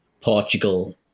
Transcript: Portugal